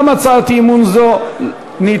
גם הצעת אי-אמון זו נדחתה.